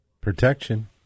protection